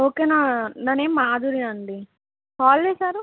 okay నా నా name Madhuri అండి కాల్ చేశారు